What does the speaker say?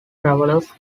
travelers